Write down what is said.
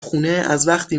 خونه، ازوقتی